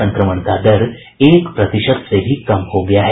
संक्रमण का दर एक प्रतिशत से भी कम हो गया है